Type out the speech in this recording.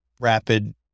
rapid